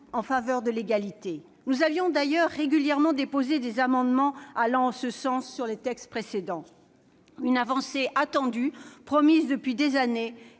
en faveur de l'égalité. D'ailleurs, nous avions régulièrement déposé des amendements allant en ce sens sur des textes précédents. C'est une avancée attendue, promise depuis des années,